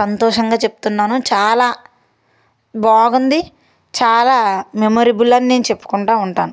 సంతోషంగా చెప్తున్నాను చాలా బాగుంది చాలా మెమరబుల్ అని నేను చెప్పుకుంటూ ఉంటాను